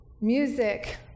music